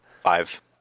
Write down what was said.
Five